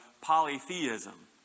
polytheism